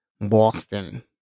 Boston